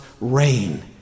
reign